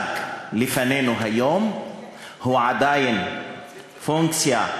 שמוצג לפנינו היום הוא עדיין פונקציה,